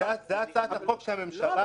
זו הצעת החוק שהממשלה הגישה.